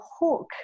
hook